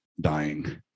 dying